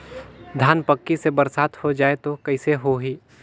धान पक्की से बरसात हो जाय तो कइसे हो ही?